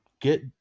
get